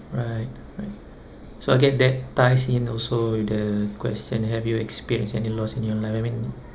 right right so I'll get that ties in also with the question have you experienced any loss in your life I mean